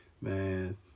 man